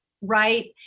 right